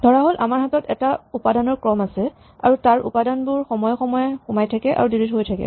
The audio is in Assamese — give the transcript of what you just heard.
ধৰাহ'ল আমাৰ হাতত এটা উপাদানৰ ক্ৰম আছে আৰু তাৰ উপাদানবোৰ সময়ে সময়ে সোমায় থাকে আৰু ডিলিট হৈ থাকে